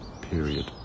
period